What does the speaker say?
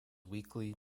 weekly